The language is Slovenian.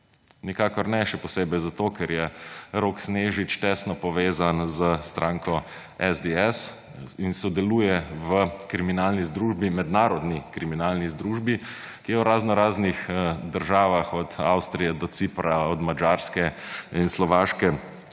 Nikakor ne, še posebej zato, ker je Rok Snežič tesno povezan s stranko SDS in sodeluje v kriminalni združbi, mednarodni kriminalni združbi, ki je v raznoraznih državah – od Avstrije do Cipra, od Madžarske in Slovaške